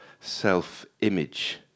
self-image